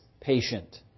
patient